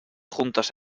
juntos